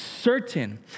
certain